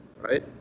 Right